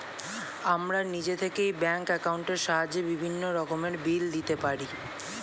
আমরা নিজে থেকেই ব্যাঙ্ক অ্যাকাউন্টের সাহায্যে বিভিন্ন রকমের বিল দিতে পারি